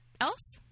else